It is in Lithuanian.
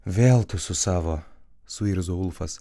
vėl tu su savo suirzo ulfas